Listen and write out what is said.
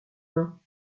nain